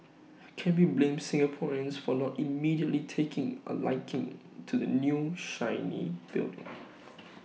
can we blame Singaporeans for not immediately taking A liking to the new shiny building